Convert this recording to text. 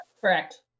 Correct